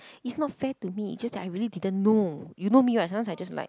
it's not fair to me it's just that I really didn't know you know me what sometimes I just like